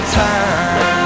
time